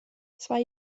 zwei